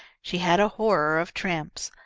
she had a horror of tramps.